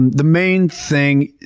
the main thing,